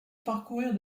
parcourir